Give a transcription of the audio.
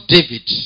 David